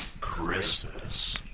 Christmas